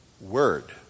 word